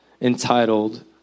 entitled